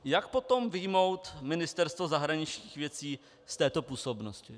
Jak potom vyjmout Ministerstvo zahraničních věcí z této působnosti?